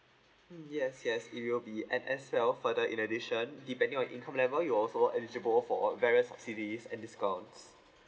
mm yes yes it will be and as well further in addition depending on your income level you also eligible for a various subsidies and discounts